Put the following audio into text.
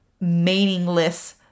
meaningless